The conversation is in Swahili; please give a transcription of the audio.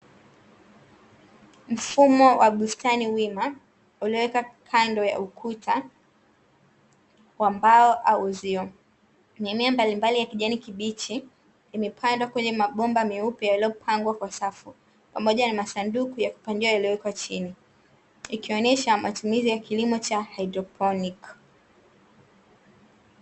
Mfumo wa bustani wima, uliowekwa kando ya ukuta wa mbao au uzio, mimea mbalimbali ya kijani kibichi, imepandwa kwenye mabomba meupe yaliyowekwa kwa safu, pamoja na masanduku ya kupandia yaliyowekwa chini, ikionyesha matumizi kilimo cha haidroponi.